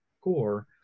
core